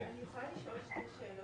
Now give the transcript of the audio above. אני יכולה לשאול שתי שאלות?